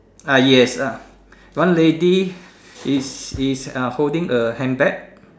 ah yes uh one lady is is uh holding a handbag